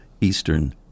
Eastern